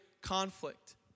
conflict